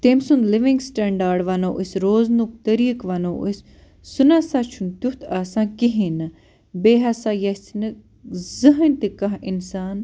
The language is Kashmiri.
تٔمۍ سُنٛد لِوِنٛگ سِٹینڈارڑ وَنَو أسۍ روزٕنُک طریٖقہٕ وَنَو أسۍ سُہ نَسا چھُنہٕ تٮُ۪تھ آسان کِہیٖنٛۍ نہٕ بیٚیہِ ہسا ییٚژھِ نہٕ زٕہٕنٛی تہٕ کانٛہہ اِنسان